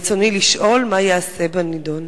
רצוני לשאול: מה ייעשה בנדון?